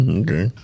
okay